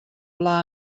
pla